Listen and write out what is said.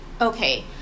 Okay